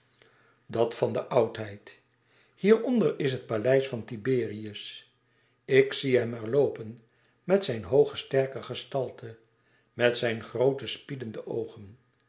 dat van de oudheid hier onder is het paleis van tiberius ik zie hem er loopen met zijn hooge sterke gestalte met zijn groote spiedende oogen